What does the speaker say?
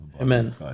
Amen